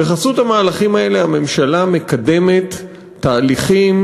בחסות המהלכים האלה הממשלה מקדמת תהליכים